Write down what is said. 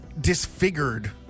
disfigured